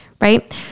right